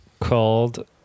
called